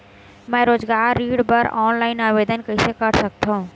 मैं रोजगार ऋण बर ऑनलाइन आवेदन कइसे कर सकथव?